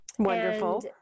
Wonderful